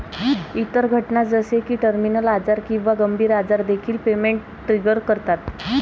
इतर घटना जसे की टर्मिनल आजार किंवा गंभीर आजार देखील पेमेंट ट्रिगर करतात